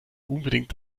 unbedingt